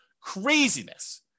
Craziness